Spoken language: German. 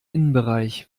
innenbereich